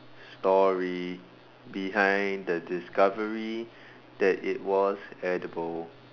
story behind the discovery that it was edible